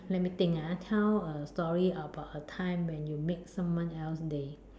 let me think ah tell a story about a time when you make someone else day